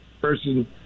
person